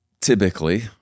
typically